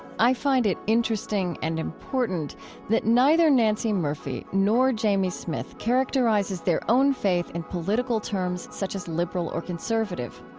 i find it interesting and important that neither nancey murphy nor jamie smith characterizes their own faith in political terms such as liberal or conservative.